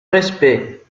respect